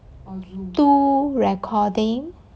two recording